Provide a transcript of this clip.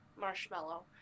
marshmallow